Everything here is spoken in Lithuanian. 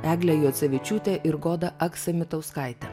eglė juocevičiūtė ir goda aksamitauskaitė